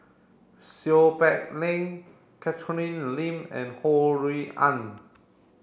Seow Peck Leng Catherine Lim and Ho Rui An